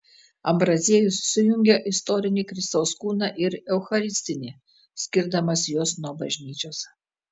ambraziejus sujungia istorinį kristaus kūną ir eucharistinį skirdamas juos nuo bažnyčios